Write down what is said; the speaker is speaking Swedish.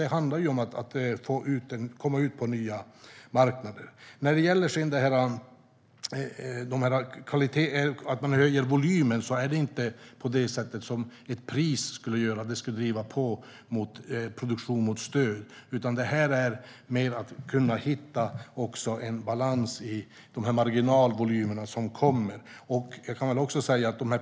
Det handlar om att komma ut på nya marknader. Man höjer volymen, men det är inte på det sättet ett pris fungerar. Det skulle inte driva på produktionen i riktning mot stöd, utan det här är mer av att kunna hitta en balans i de marginalvolymer som kommer.